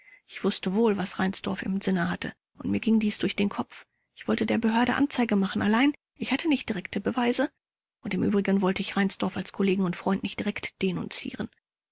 ich wußte wohl was reinsdorf im sinne hatte und mir ging dies durch den kopf ich wollte der behörde anzeige machen allein ich hatte nicht direkte beweise und im übrigen wollte ich reinsdorf als kollegen und freund nicht direkt denunzieren